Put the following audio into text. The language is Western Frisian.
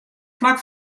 flak